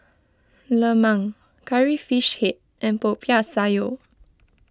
Lemang Curry Fish Head and Popiah Sayur